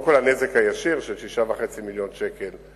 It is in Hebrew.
קודם כול, הנזק הישיר, של 6.5 מיליוני שקל,